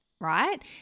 right